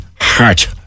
heart